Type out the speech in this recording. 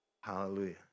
Hallelujah